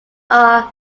are